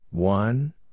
One